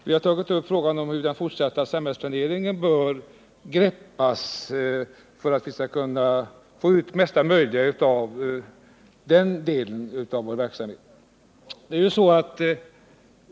Vi har tagit upp frågan om hur den fortsatta samhällsplaneringen bör greppas för att vi skall kunna få ut det mesta möjliga av den delen av vår verksamhet.